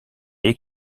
est